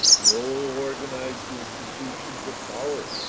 no organized institutions of power.